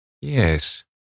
Yes